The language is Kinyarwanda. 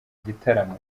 gitaramo